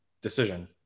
decision